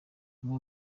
amwe